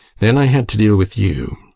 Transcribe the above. then i had to deal with you.